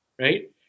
right